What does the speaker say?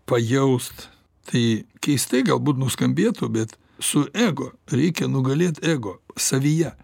pajaust tai keistai galbūt nuskambėtų bet su ego reikia nugalėt ego savyje